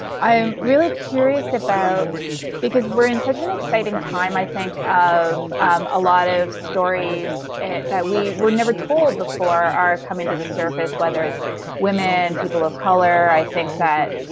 i i am really curious about because we're in such an exciting time i think of a lot of stories that we were never told before our coming to the surface whether it's women, people of color. i think that